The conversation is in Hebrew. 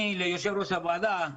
יושב-ראש הוועדה,